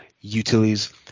Utilities